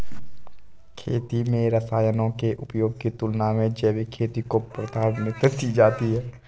खेती में रसायनों के उपयोग की तुलना में जैविक खेती को प्राथमिकता दी जाती है